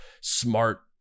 smart